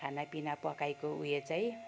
खानापिना पकाइको उयो चाहिँ